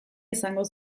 izango